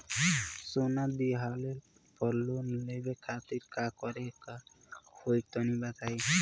सोना दिहले पर लोन लेवे खातिर का करे क होई तनि बताई?